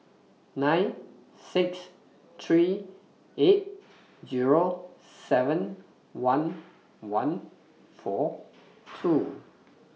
nine six three eight Zero seven one one four two